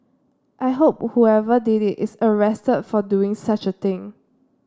I hope whoever did it is arrested for doing such a thing